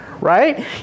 Right